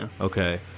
Okay